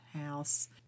House